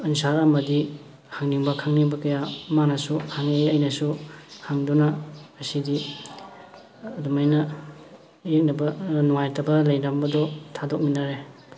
ꯑꯟꯁꯥꯔ ꯑꯃꯗꯤ ꯍꯪꯅꯤꯡꯕ ꯈꯪꯅꯤꯡꯕ ꯀꯌꯥ ꯃꯥꯅꯁꯨ ꯍꯪꯉꯛꯏ ꯑꯩꯅꯁꯨ ꯍꯪꯗꯨꯅ ꯑꯁꯤꯗꯤ ꯑꯗꯨꯃꯥꯏꯅ ꯌꯦꯛꯅꯕ ꯅꯨꯡꯉꯥꯏꯅꯗꯕ ꯂꯩꯅꯔꯝꯕꯗꯨ ꯊꯥꯗꯣꯛꯃꯤꯟꯅꯔꯦ